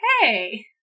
hey